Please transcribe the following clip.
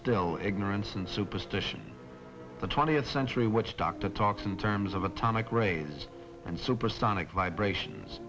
still ignorance and superstition the twentieth century which dr talks in terms of atomic range and supersonic vibrations